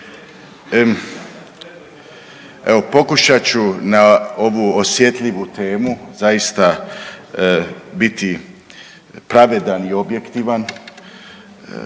Evo, pokušat ću na ovu osjetljivu temu zaista biti pravedan i objektivan,